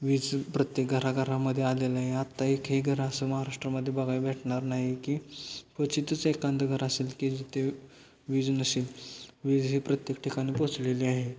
वीज प्रत्येक घराघरामध्ये आलेलं आहे आत्ता एकही घरं असं महाराष्ट्रामध्ये बघायला भेटणार नाही की क्वचितच एखादं घरं असेल की ते वीज नसेल वीज ही प्रत्येक ठिकाणी पोचलेली आहे